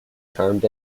termed